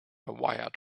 wired